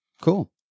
Cool